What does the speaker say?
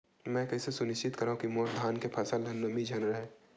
मैं कइसे सुनिश्चित करव कि मोर धान के फसल म नमी झन रहे?